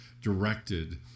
directed